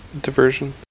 diversion